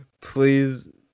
please